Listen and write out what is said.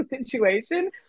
situation